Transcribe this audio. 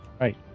Right